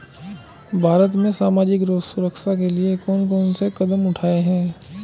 भारत में सामाजिक सुरक्षा के लिए कौन कौन से कदम उठाये हैं?